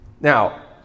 Now